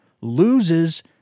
Loses